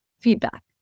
feedback